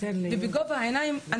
ובגובה העיניים,